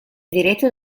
diretto